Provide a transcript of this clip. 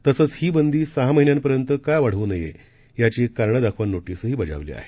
तसंच ही बंदी सहा महिन्यांपर्यंत का वाढवू नये याची कारणे दाखवा नोटिसही बजावली आहे